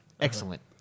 Excellent